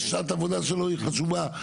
שעת העבודה שלו היא חשובה.